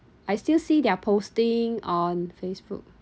I still see their posting on Facebook